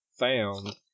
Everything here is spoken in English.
found